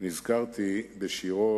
נזכרתי בשירו